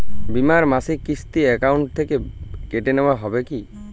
বিমার মাসিক কিস্তি অ্যাকাউন্ট থেকে কেটে নেওয়া হবে কি?